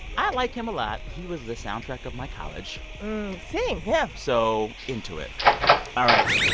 i like him a lot. he was the soundtrack of my college same, yeah so into it all right.